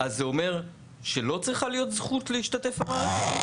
אז זה אומר שלא צריכה להיות זכות להשתתף במערכת שלך?